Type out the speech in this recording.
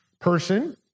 person